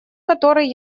который